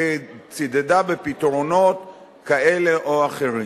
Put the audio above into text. שצידדה בפתרונות כאלה או אחרים.